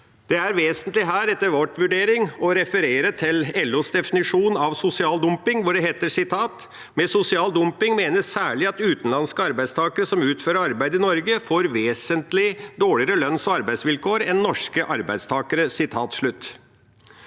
Det er etter vår mening vesentlig å referere til LOs definisjon av sosial dumping, hvor det heter: «Med sosial dumping menes særlig at utenlandske arbeidstakere som utfører arbeid i Norge får vesentlig dårligere lønns- og arbeidsvilkår enn norske arbeidstakere.»